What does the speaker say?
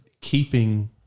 keeping